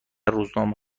روزنامه